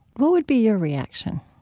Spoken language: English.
what would be your reaction?